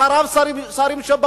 אחריו שרים שבאו,